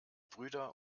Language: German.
brüder